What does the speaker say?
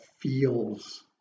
feels